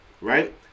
right